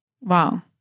Wow